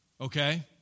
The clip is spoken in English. Okay